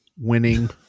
Winning